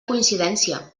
coincidència